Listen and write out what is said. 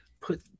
put